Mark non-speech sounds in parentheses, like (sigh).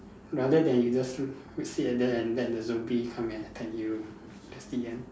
rather than you just (noise) sit and then and let the zombie come and attack you that's the end